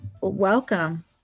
Welcome